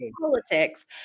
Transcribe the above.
politics-